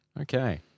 Okay